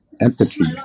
empathy